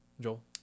Joel